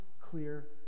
clear